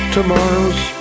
Tomorrow's